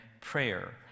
prayer